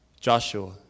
Joshua